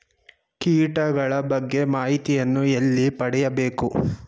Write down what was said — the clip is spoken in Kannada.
ಕೀಟಗಳ ಬಗ್ಗೆ ಮಾಹಿತಿಯನ್ನು ಎಲ್ಲಿ ಪಡೆಯಬೇಕು?